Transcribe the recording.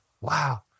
wow